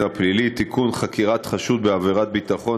הפלילי (חקירת חשודים) (תיקון מס' 8) (חקירת חשוד בעבירת ביטחון),